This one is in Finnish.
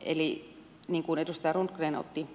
eli niin kuin edustaja rundgren otti